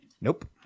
Nope